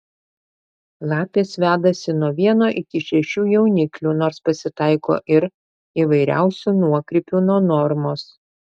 lapės vedasi nuo vieno iki šešių jauniklių nors pasitaiko ir įvairiausių nuokrypių nuo normos